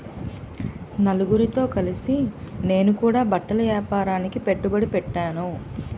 నలుగురితో కలిసి నేను కూడా బట్టల ఏపారానికి పెట్టుబడి పెట్టేను